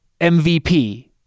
MVP